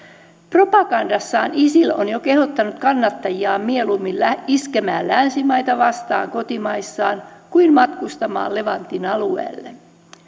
propagandassaan isil on jo kehottanut kannattajiaan mieluummin iskemään länsimaita vastaan kotimaissaan kuin matkustamaan levantin alueelle